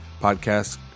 podcast